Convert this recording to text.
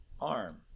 arm